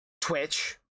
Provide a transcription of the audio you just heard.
Twitch